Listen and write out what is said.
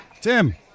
Tim